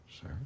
Sir